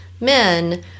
men